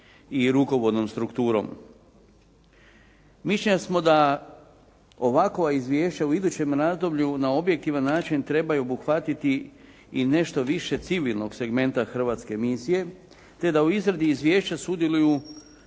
i rukovodnom strukturom. Mišljenja smo da ovakva izvješća u idućem razdoblju na objektivan način trebaju obuhvatiti i nešto više civilnog segmenta hrvatske misije te da u izradi izvješća sudjeluju